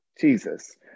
Jesus